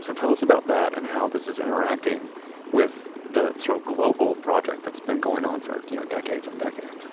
so tell us about that and how this is interacting with the sort of global project that's been going on for you know decades and decades